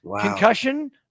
Concussion